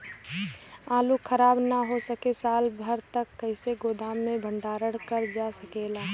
आलू खराब न हो सके साल भर तक कइसे गोदाम मे भण्डारण कर जा सकेला?